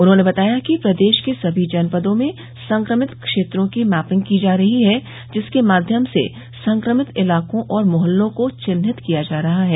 उन्होंने बताया कि प्रदेश के सभी जनपदों में संक्रमित क्षेत्रों की मैपिंग की जा रही है जिसके माध्यम से संक्रमित इलाकों और मोहल्लों को चिन्हित किया जा रहा है